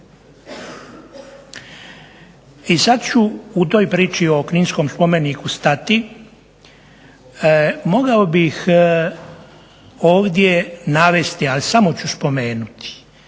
i sada ću u toj priči o kninskom spomeniku stati. Mogao bih ovdje navesti, ali samo ću spomenuti